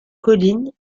collines